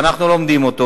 ואנחנו לומדים אותו.